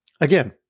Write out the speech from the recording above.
Again